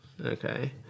Okay